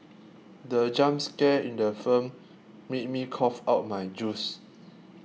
the jump scare in the film made me cough out my juice